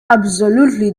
absolutely